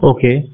Okay